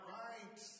right